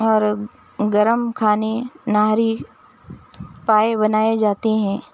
اور گرم کھانے نہاری پائے بنائے جاتے ہیں